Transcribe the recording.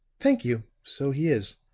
thank you so he is.